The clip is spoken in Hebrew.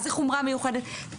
מה זה חומרה מיוחדת.